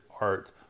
art